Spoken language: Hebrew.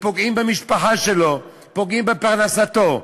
ופוגעים במשפחה שלו, פוגעים בפרנסתו.